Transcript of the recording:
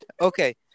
Okay